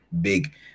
big